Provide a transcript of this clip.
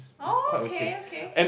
oh okay okay